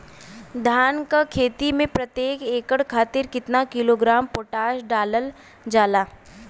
धान क खेती में प्रत्येक एकड़ खातिर कितना किलोग्राम पोटाश डालल जाला?